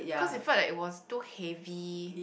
cause it felt like it was too heavy